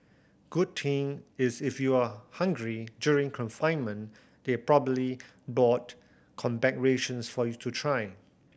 good thing is if you're hungry during confinement they probably bought combat rations for you to try